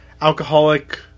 alcoholic